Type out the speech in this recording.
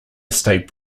estate